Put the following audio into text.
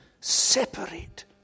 separate